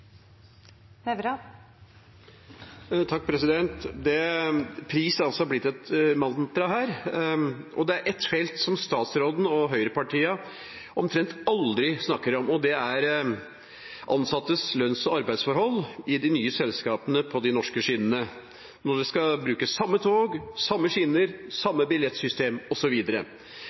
Pris er altså blitt et mantra her, og det er ett felt som statsråden og høyrepartiene omtrent aldri snakker om, og det er ansattes lønns- og arbeidsforhold i de nye selskapene på de norske skinnene – når de skal bruke samme tog, samme skinner, samme billettsystem